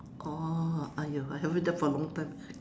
oh !aiyo! I haven't had that for a long time